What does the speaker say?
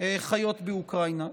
חיות באוקראינה.